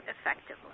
effectively